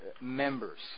members